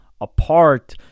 apart